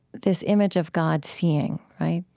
this image of god seeing, right,